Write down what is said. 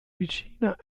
vicina